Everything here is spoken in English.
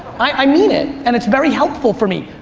i mean it and it's very helpful for me.